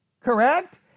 correct